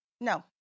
No